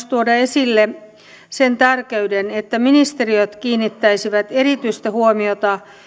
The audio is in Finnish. tuoda esille myös sen tärkeyden että ministeriöt kiinnittäisivät erityistä huomiota